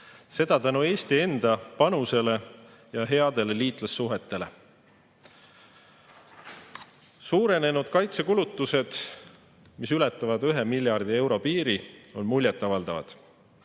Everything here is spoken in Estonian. seda tänu Eesti enda panusele ja headele liitlassuhetele. Suurenenud kaitsekulutused, mis ületavad 1 miljardi euro piiri, on muljet avaldavad.